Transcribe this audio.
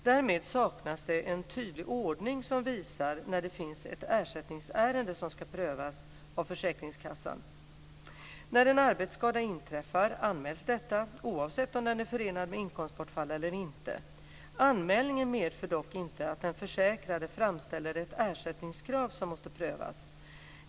Därmed saknas det en tydlig ordning som visar när det finns ett ersättningsärende som ska prövas av försäkringskassan. När en arbetsskada inträffar anmäls detta, oavsett om den är förenad med inkomstbortfall eller inte. Anmälningen medför dock inte att den försäkrade framställer ett ersättningskrav som måste prövas.